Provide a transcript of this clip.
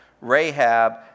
Rahab